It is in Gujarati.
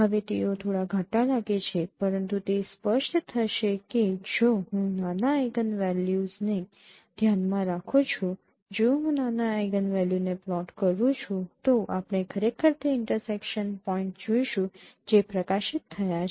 હવે તેઓ થોડો ઘાટા લાગે છે પરંતુ તે સ્પષ્ટ થશે કે જો હું નાના આઇગનવેલ્યુને ધ્યાનમાં રાખું છું જો હું નાના આઇગનવેલ્યુને પ્લોટ કરું છું તો આપણે ખરેખર તે ઇન્ટરસેકશન પોઇન્ટ જોઈશું જે પ્રકાશિત થયા છે